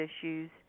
issues